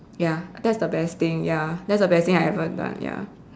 ya that's the best thing ya that's the best thing I ever done ya